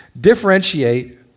Differentiate